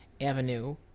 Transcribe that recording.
Avenue